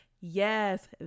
Yes